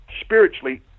spiritually